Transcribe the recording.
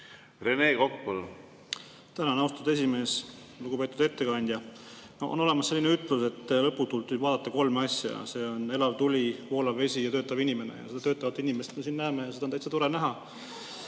Rene Kokk, palun! Tänan, austatud esimees! Lugupeetud ettekandja! No on olemas selline ütlus, et lõputult võib vaadata kolme asja: need on elav tuli, voolav vesi ja töötav inimene. Ja seda töötavat inimest me siin näeme, seda on täitsa tore näha.